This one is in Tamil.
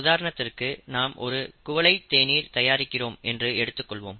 உதாரணத்திற்கு நாம் ஒரு குவளைத் தேநீர் தயாரிக்கிறோம் என்று எடுத்துக்கொள்வோம்